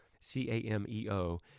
C-A-M-E-O